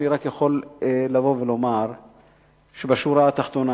אני רק יכול לבוא ולומר שבשורה התחתונה